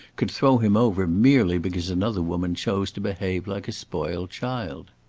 could throw him over merely because another woman chose to behave like a spoiled child.